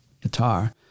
guitar